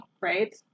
Right